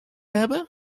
hebben